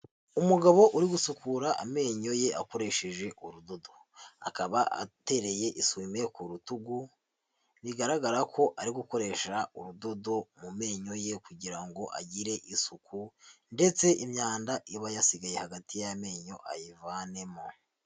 Umugabo uri gusukura amenyo ye akoresheje urudodo, akaba atereye isume ku rutugu, bigaragara ko ari gukoresha urudodo mu menyo ye kugira ngo agire isuku ndetse imyanda iba yasigaye hagati y'amenyo ayivanemo.